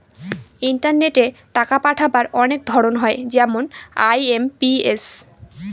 ইন্টারনেটে টাকা পাঠাবার অনেক ধরন হয় যেমন আই.এম.পি.এস